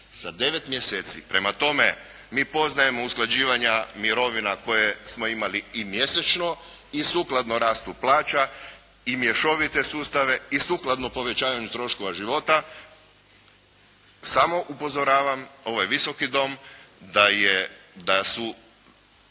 Sa 9 mjeseci. Prema tome, mi poznajemo usklađivanja mirovina koje smo imali i mjesečno i sukladno rastu plaća i mješovite sustave i sukladno povećanju troškova života, samo upozoravam ovaj Visoki dom da je